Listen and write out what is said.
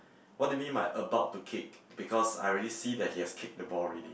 what do you mean by about to kick because I already see that he has kicked the ball already